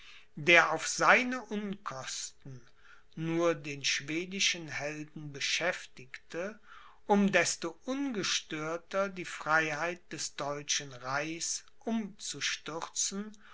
der auf seine unkosten nur den schwedischen helden beschäftigte um desto ungestörter die freiheit des deutschen reichs umzustürzen